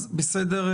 המרכז.